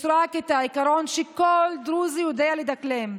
יש רק העיקרון שכל דרוזי יודע לדקלם: